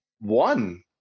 one